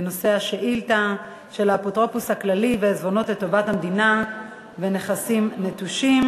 שאילתה על האפוטרופוס הכללי ועיזבונות לטובת המדינה ונכסים נטושים,